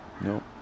nope